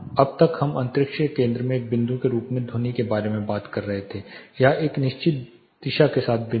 अब तक हम अंतरिक्ष के केंद्र में एक बिंदु के रूप में ध्वनि के बारे में बात कर रहे हैं या एक निश्चित दिशा के साथ बिंदु